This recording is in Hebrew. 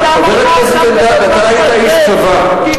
חבר הכנסת אלדד, אתה היית איש צבא.